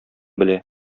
белә